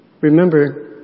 Remember